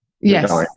Yes